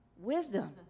Wisdom